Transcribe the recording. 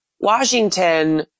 Washington